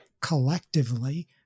collectively